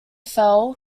fell